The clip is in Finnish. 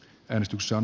menestyksen